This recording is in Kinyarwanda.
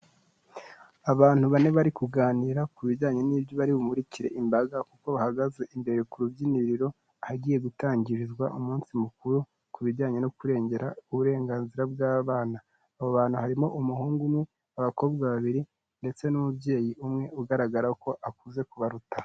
Abantu bane bari kuganira ku bijyanye n'ibyo bari bumurikire imbaga, kuko bahagaze imbere ku rubyiniro, hagiye gutangirizwa umunsi mukuru ku bijyanye no kurengera uburenganzira bw'abana. Aba bantu harimo umuhungu umwe, abakobwa babiri, ndetse n'umubyeyi umwe ugaragara ko akuze kubaruta.